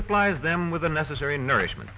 supplies them with unnecessary nourishment